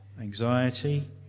anxiety